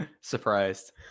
Surprised